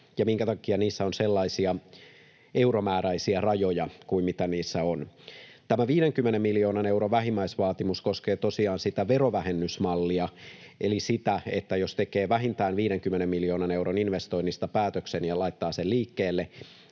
ja minkä takia niissä on sellaisia euromääräisiä rajoja kuin mitä niissä on. Tämä 50 miljoonan euron vähimmäisvaatimus koskee tosiaan sitä verovähennysmallia, eli sitä, että tekee vähintään 50 miljoonan euron investoinnista päätöksen ja laittaa sen liikkeelle